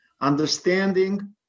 understanding